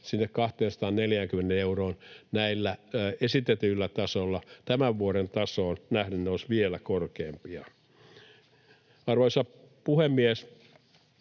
240 euroon näillä esitetyillä tasoilla. Tämän vuoden tasoon nähden ne olisivat vielä korkeampia. Arvoisa puhemies!